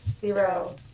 Zero